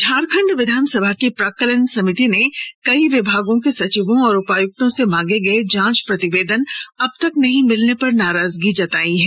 झारखंड विधानसभा की प्राक्कलन समिति ने कई विभागों के सचिवों एवं उपायक्तों से मांगे गए जांच प्रतिवेदन अब तक नहीं मिलने पर नाराजगी जतायी है